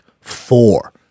four